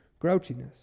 grouchiness